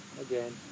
again